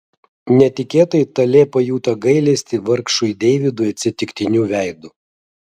netikėtai talė pajuto gailestį vargšui deividui atsitiktiniu veidu